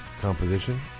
composition